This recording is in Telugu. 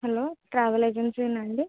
హలో ట్రావెల్ ఏజెన్సీయేనా అండి